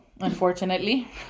Unfortunately